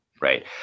right